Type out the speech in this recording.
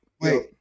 Wait